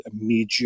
immediate